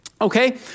Okay